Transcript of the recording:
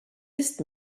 ist